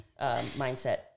mindset